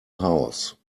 house